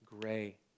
gray